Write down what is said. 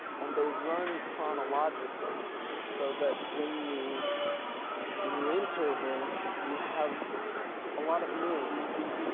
and they run chronologically so that when you when you enter this, you have a lot of names